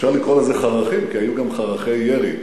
אפשר לקרוא לזה חרכים כי היו גם חרכי ירי,